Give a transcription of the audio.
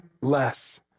less